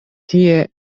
tie